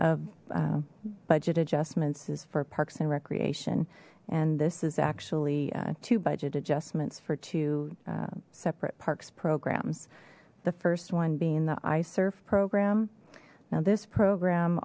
of budget adjustments is for parks and recreation and this is actually to budget adjustments for two separate parks programs the first one being the i surf program now this program